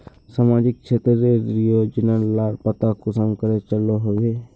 सामाजिक क्षेत्र रेर योजना लार पता कुंसम करे चलो होबे?